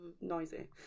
noisy